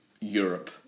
Europe